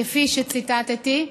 כפי שציטטתי,